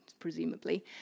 presumably